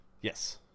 Yes